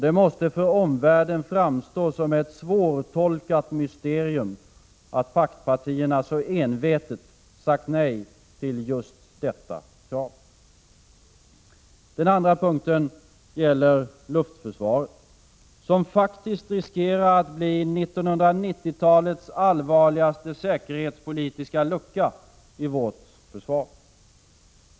Det måste för omvärlden framstå som ett svårtolkat mysterium, att paktpartierna så envetet sagt nej till just detta krav. Den andra punkten gäller luftförsvaret, som riskerar att bli 1990-talets allvarligaste säkerhetspolitiska lucka i vårt försvar.